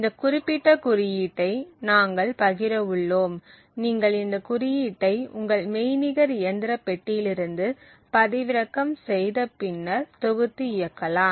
இந்த குறிப்பிட்ட குறியீட்டை நாங்கள் பகிர உள்ளோம் நீங்கள் இந்த குறியீட்டை உங்கள் மெய்நிகர் இயந்திர பெட்டியிலிருந்து பதிவிறக்கம் செய்த பின்னர் தொகுத்து இயக்கலாம்